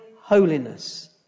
holiness